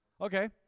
Okay